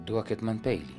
duokit man peilį